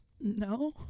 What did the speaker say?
No